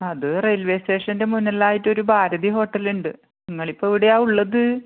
അത് റെയിൽവേ സ്റ്റേഷൻ്റെ മുന്നിലായിട്ടൊരു ഭാരതി ഹോട്ടലുണ്ട് നിങ്ങളിപ്പം എവിടെയാണ് ഉള്ളത്